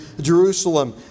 Jerusalem